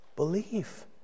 Believe